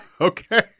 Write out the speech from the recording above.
Okay